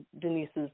Denise's